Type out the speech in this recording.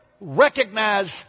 recognize